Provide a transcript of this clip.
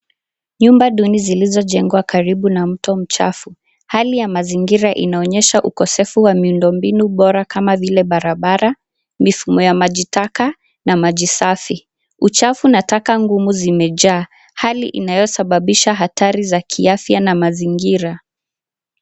Nyumba duni zilizojengwa karibu na mto mchafu, hali ya mazingira inaonyesha ukosefu wa miuondo binu bora kama vile; barabara mifumo ya maji taka na maji safi. Uchafu na taka humu zimejaa, hali inayo sababisha hatari za kiafya na mazingira.